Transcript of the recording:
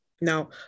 Now